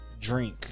Drink